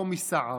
קומיסער,